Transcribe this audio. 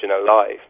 alive